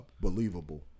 believable